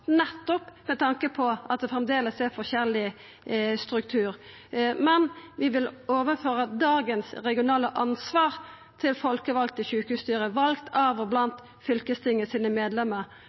nettopp med tanke på at det framleis er forskjellig struktur. Men vi vil overføra dagens regionale ansvar til folkevalde sjukehusstyre, valde av og blant medlemar i fylkestinget,